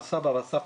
הסבא והסבתא,